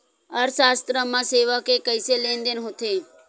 अर्थशास्त्र मा सेवा के कइसे लेनदेन होथे?